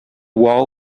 wall